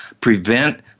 prevent